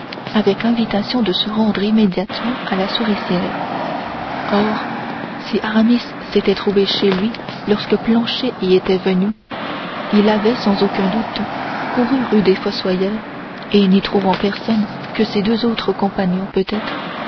avec invitation de se rendre immédiatement à la souricière or si aramis s'était trouvé chez lui lorsque planchet y était venu il avait sans aucun doute couru rue des fossoyeurs et n'y trouvant personne que ses deux autres compagnons peut-être